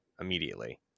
immediately